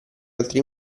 altri